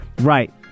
right